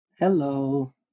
Hello